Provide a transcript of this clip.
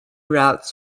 routes